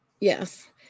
Yes